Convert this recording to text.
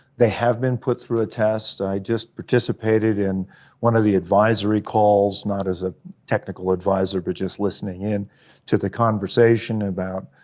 they have been put through a test. i just participated in one of the advisory calls, not as a technical advisor, but just listening in to the conversation about